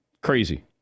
Crazy